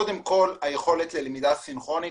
קודם כל היכולת ללמידה סינכרונית,